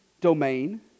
domain